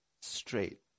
straight